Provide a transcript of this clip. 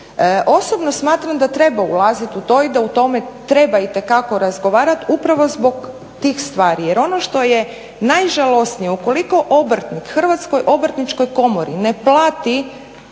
Osobno smatram da treba ulazit u to i da o tome treba itekako razgovarat upravo zbog tih stvari. Jer ono što je najžalosnije, ukoliko obrtnik Hrvatskoj obrtničkoj komori ne plati